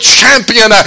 champion